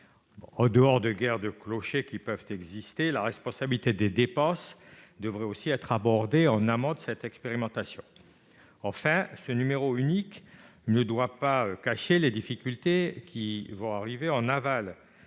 En dehors de ces guerres de clochers, la responsabilité des dépenses devrait aussi être abordée en amont de cette expérimentation. Enfin, ce numéro unique ne doit pas cacher les difficultés de l'aval.